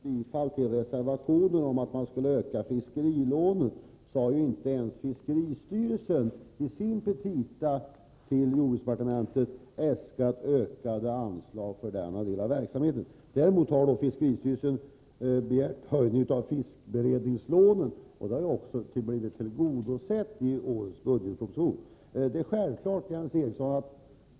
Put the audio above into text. Herr talman! Jens Eriksson har yrkat bifall till reservationen om att öka fiskerilånen, men inte ens fiskeristyrelsen har i sina petita i jordbruksdepartementet äskat ökade anslag för denna del av verksamheten. Däremot har fiskeristyrelsen begärt höjning av fiskberedningslånen, och detta önskemål har blivit tillgodosett i årets budgetproposition.